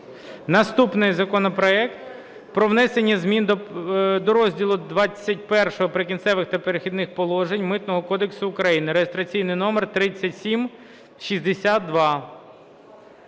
Наступний законопроект про внесення зміни до розділу XXІ "Прикінцеві та перехідні положення" Митного кодексу України (реєстраційний номер 3762).